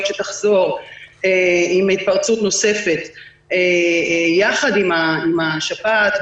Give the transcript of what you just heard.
שתחזור עם התפרצות נוספת ביחד עם השפעת.